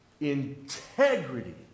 Integrity